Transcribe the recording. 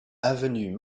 avenue